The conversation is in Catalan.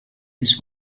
més